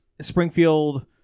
Springfield